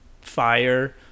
fire